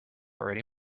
already